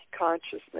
consciousness